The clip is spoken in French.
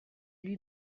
lui